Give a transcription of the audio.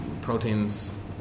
Proteins